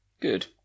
Good